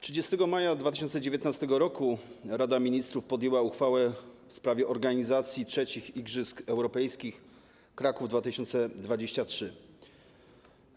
30 maja 2019 r. Rada Ministrów podjęła uchwałę w sprawie organizacji III Igrzysk Europejskich Kraków 2023 r.